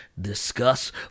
discuss